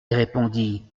répondit